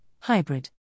hybrid